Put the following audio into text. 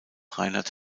reinhard